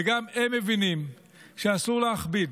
וגם הם מבינים שאסור להכביד.